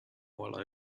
while